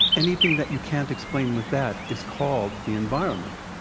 anything that you can't explain with that is called the environment,